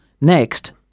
next